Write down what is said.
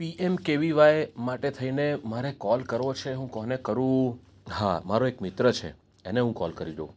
પી M KVY માટે થઈને મારે કોલ કરવો છે હું કોને કરું હા મારો એક મિત્ર છે એને હું કોલ કરી જોઉં